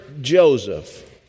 Joseph